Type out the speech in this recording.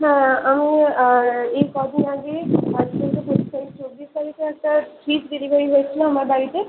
হ্যাঁ আমি এই ক দিন আগে চব্বিশ তারিখে একটা ফিজ ডেলিভারি হয়েছিল আমার বাড়িতে